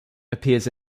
appears